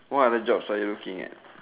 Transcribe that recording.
why are the door so you are looking at